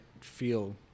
feel